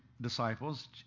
disciples